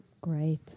Great